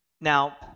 Now